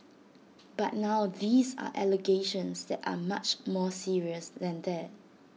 but now these are allegations that are much more serious than that